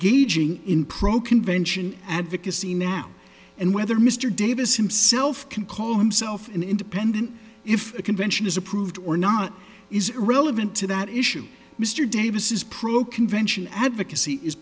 engaging in pro convention advocacy now and whether mr davis himself can call himself an independent if a convention is approved or not is irrelevant to that issue mr davis is pro convention advocacy is